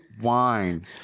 wine